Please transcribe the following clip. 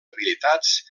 habilitats